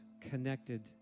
connected